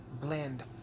blend